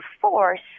force